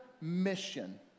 mission